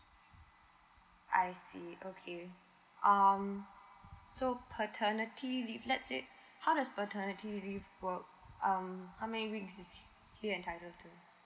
I see okay um so paternity leave let's say how does paternity leave work um how many weeks he entitled to